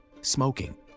smoking